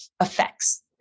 effects